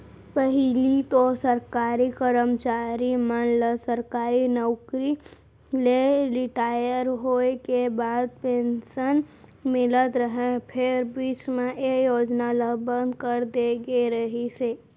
पहिली तो सरकारी करमचारी मन ल सरकारी नउकरी ले रिटायर होय के बाद पेंसन मिलत रहय फेर बीच म ए योजना ल बंद करे दे गे रिहिस हे